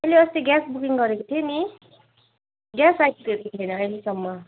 मैले अस्ति gas booking गरेको थिएँ नि ग्यास आइपुगेको छैन अहिलेसम्म